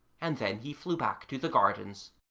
and then he flew back to the gardens.